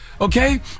Okay